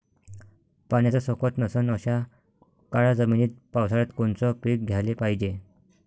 पाण्याचा सोकत नसन अशा काळ्या जमिनीत पावसाळ्यात कोनचं पीक घ्याले पायजे?